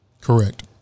Correct